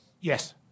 Yes